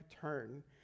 turn